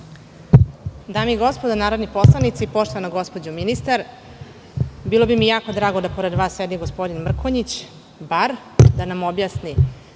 Dame i gospodo narodni poslanici, uvažena gospođo ministarko, bilo bi mi jako drago da pored vas sedi ministar Mrkonjić, da nam objasni